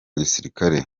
gisirikare